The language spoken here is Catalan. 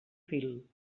fil